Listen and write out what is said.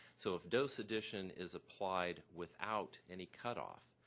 so if dose addition is applied without any cutoff,